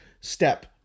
step